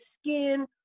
skin